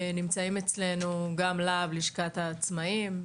נמצאים אצלנו גם לה"ב לשכת העצמאיים,